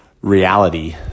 reality